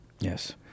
Yes